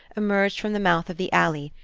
emerged from the mouth of the alley,